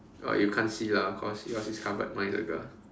uh you can't see lah cause yours is covered mine is the girl